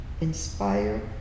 inspire